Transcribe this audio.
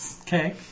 Okay